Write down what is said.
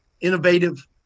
innovative